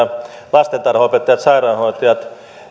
lastentarhanopettajat ja sairaanhoitajat